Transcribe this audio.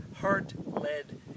heart-led